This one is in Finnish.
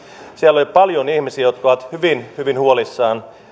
siellä oli paljon ihmisiä jotka olivat hyvin hyvin huolissaan